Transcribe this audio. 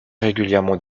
régulièrement